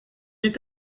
est